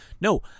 no